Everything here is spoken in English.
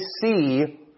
see